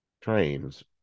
trains